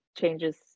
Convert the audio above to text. changes